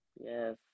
yes